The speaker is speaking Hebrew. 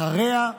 אחריה.